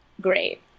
Great